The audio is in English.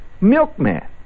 milkman